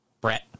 Brett